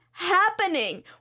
happening